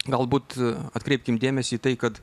galbūt atkreipkim dėmesį į tai kad